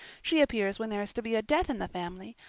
she appears when there is to be a death in the family.